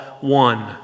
one